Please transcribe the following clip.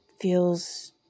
feels